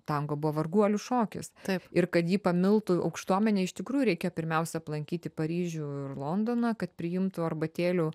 tango buvo varguolių šokis taip ir kad jį pamiltų aukštuomenė iš tikrųjų reikėjo pirmiausia aplankyti paryžių ir londoną kad priimtų arbatėlių